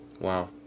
Wow